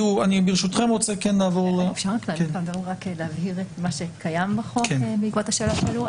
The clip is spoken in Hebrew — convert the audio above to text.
אם אפשר רק להבהיר מה שקיים בחוק בעקבות השאלות שעלו,